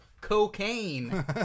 cocaine